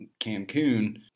Cancun